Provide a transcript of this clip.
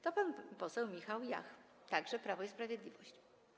To pan poseł Michał Jach, także Prawo i Sprawiedliwość.